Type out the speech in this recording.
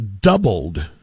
doubled